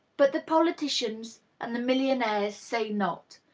but the politicians and the mil lionaires say not.